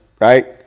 right